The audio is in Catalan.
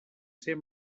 ser